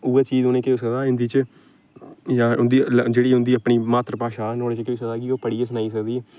उऐ चीज उ'नेंगी केह् होई सकदा हिन्दी च जां उं'दी जेह्ड़ी उं'दी अपनी जेह्ड़ी मात्तर भाशा ऐ नुहाड़े च केह् होई सकदा कि ओह् पढ़ियै सनाई सकदी